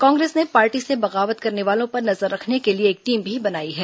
कांग्रेस ने पार्टी से बगावत करने वालों पर नजर रखने के लिए एक टीम भी बनाई है